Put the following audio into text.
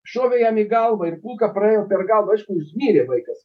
šovė jam į galvą ir kulka praėjo per galvą aišku jis mirė vaikas